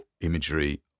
imagery